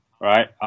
right